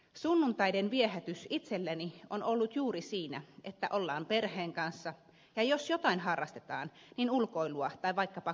sunnuntaiden viehätys itselleni on ollut juuri siinä että ollaan perheen kanssa ja jos jotain harrastetaan niin ulkoilua tai vaikkapa kulttuuririentoja